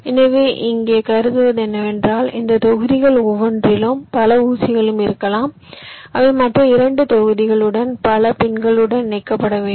எனவே இங்கே கருதுவது என்னவென்றால் இந்த தொகுதிகள் ஒவ்வொன்றிலும் பல ஊசிகளும் இருக்கலாம் அவை மற்ற 2 தொகுதிகளில் பல ஊசிகளுடன் இணைக்கப்பட வேண்டும்